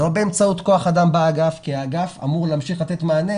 לא באמצעות כוח האדם באגף כי האגף אמור להמשיך לתת מענה